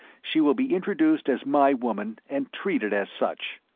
she will be introduced as my woman and treated as such.